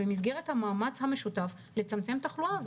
במסגרת המאמץ המשותף לצמצם תחלואה,